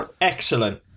Excellent